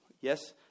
Yes